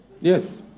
yes